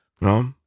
No